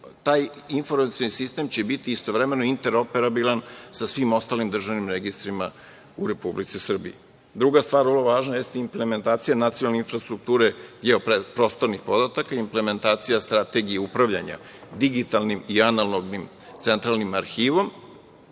taj informacioni sistem će biti istovremeno i interoperabilan sa svim ostalim državnim registrima u Republici Srbiji. Druga stvar, vrlo važna, jeste implementacija nacionalne infrastrukture geoprostornih podataka, implementacija strategije upravljanja digitalnim i analognim centralnim arhivom